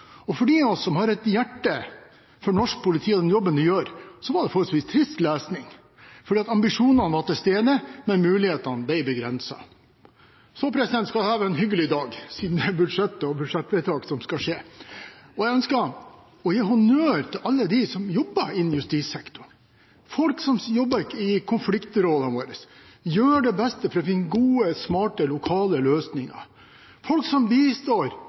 For de av oss som har et hjerte for norsk politi og den jobben de gjør, var det forholdsvis trist lesning, for ambisjonene var til stede, men mulighetene ble begrenset. Men dette skal være en hyggelig dag, siden det er budsjettvedtak som skal skje. Jeg ønsker å gi honnør til alle som jobber innen justissektoren – folk som jobber i konfliktrådene våre og gjør sitt beste for å finne gode, smarte, lokale løsninger, og folk som bistår